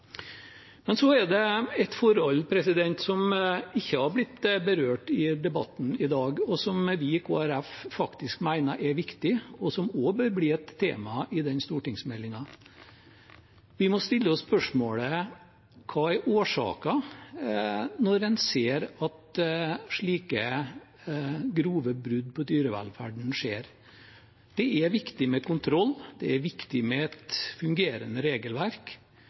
Det er et forhold som ikke har blitt berørt i debatten i dag, og som vi i Kristelig Folkeparti faktisk mener er viktig, og som også bør bli et tema i den stortingsmeldingen. Vi må stille oss spørsmålet: Hva er årsaken når en ser at slike grove brudd på dyrevelferden skjer? Det er viktig med kontroll, det er viktig med et fungerende regelverk,